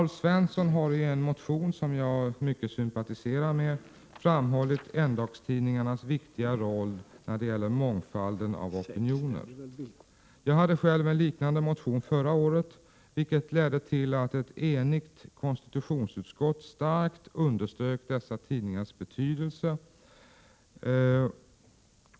Alf Svensson har i en motion, som jag sympatiserar med, framhållit endagstidningarnas viktiga roll i mångfalden av opinioner. Jag hade själv en liknande motion förra året, vilket ledde till att ett enigt konstitutionsutskott starkt underströk dessa tidningars betydelse.